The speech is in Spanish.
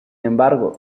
embargo